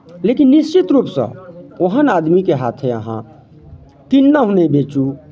लेकिन निश्चित रूपसँ ओहन आदमीके हाथे अहाँ किन्नहुँ नहि बेचू